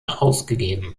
ausgegeben